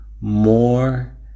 more